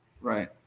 Right